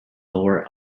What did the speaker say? lower